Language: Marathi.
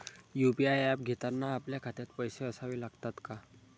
यु.पी.आय ऍप घेताना आपल्या खात्यात पैसे असावे लागतात का?